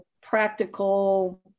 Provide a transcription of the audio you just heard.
practical